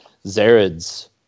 Zared's